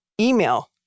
Email